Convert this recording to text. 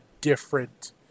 different